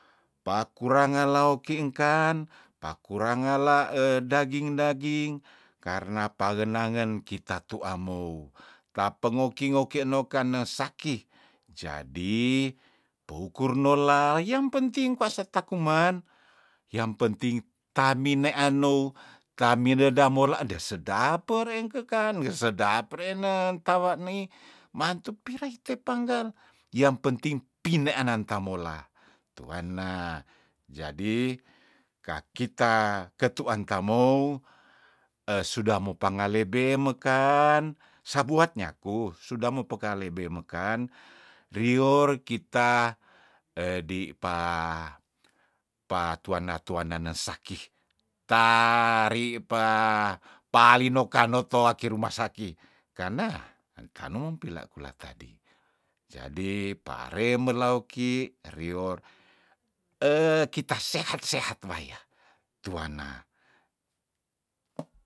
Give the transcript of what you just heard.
Pakurenga laoki engkan pakurange la daging- daging karna pangena ngen kita tua mou tape ngoki- ngoki enokan nes saki jadi peukur noula yang penting kwa seta kuman yang penting tamine anou tamideda mola ndeh sedap pe reeng kekan ge sedap reenen tawa neih mantu pirai ite panggal yang penting pine anan tamola tuanna jadi kakita ketuan tamou eh sudah mopanga lebe mekan sabuat nyaku suda mepeka lebe mekan rior kita edi pa pa tuana- tuana nen saki ta ri pa palino kanoto waki ruma saki karna engkanung pila kula tadi jadi pare melauki rior kita sehat- sehat waya tuana.